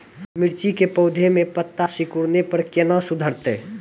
मिर्ची के पौघा मे पत्ता सिकुड़ने पर कैना सुधरतै?